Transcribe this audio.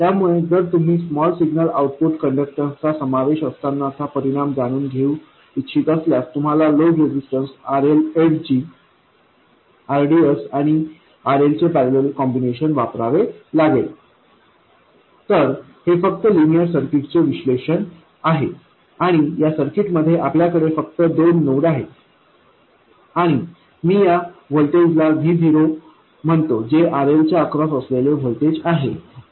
त्यामुळे जर तुम्ही स्मॉल सिग्नल आउटपुट कंडक्टन्स चा समावेश असतानाचा परिणाम जाणून घेऊ इच्छित असल्यास तुम्हाला लोड रेजिस्टन्स RL ऐवजी rds आणि RL चे पॅरलल कॉम्बिनेशन वापरावे लागेल तर हे फक्त लिनियर सर्किट चे विश्लेषण आहे आणि या सर्किटमध्ये आपल्याकडे फक्त दोन नोड आहेत आणि मी या व्होल्टेजला Vo म्हणतो जे RL च्या अक्रॉस असलेले व्होल्टेज आहे